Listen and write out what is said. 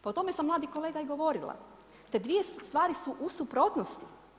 Pa o tome sam mladi kolega i govorila, te dvije stvari su u suprotnosti.